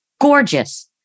gorgeous